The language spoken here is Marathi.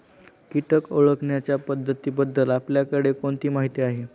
कीटक ओळखण्याच्या पद्धतींबद्दल आपल्याकडे कोणती माहिती आहे?